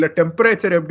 temperature